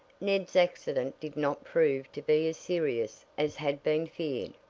ned's accident did not prove to be as serious as had been feared,